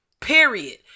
Period